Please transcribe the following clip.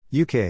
UK